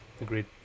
agreed